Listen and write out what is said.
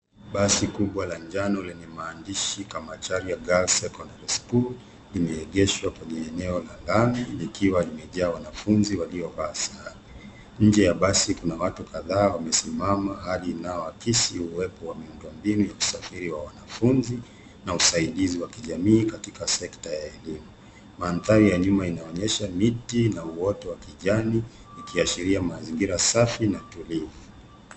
Basi kubwa la njano lenye maandishi Kamachari Girls Secondary School, limeegeshwa kwenye eneo ya lami likiwa limejaa wanafunzi waliovaa sare. Nje ya basi kuna watu kadhaa wamesimama hali inayoakisi uwepo wa miundo mbinu ya usafiri wa wanafunzi na usaidizi wa kijamii katika sekta ya elimu. Mandhari ya nyuma inaonyesha miti na uoto wa kijani ikiashiria mazingira safi na tulivu.